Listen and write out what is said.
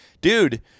dude